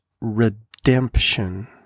redemption